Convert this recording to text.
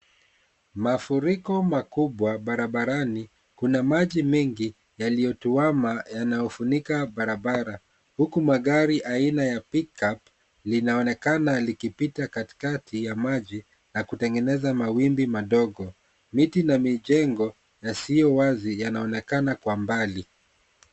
Mafuriko makubwa barabarani. Kuna maji mengi yaliyotuama yanayofunika barabara, huku magari aina ya pickup linaonekana likipita katikati ya maji na kutengeneza mawimbi madogo. Miti na mijengo yasiyo wazi yanaonekana kwa mbali.